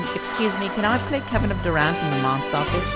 excuse me? can i play kevin of durant in the monstarfish?